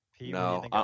No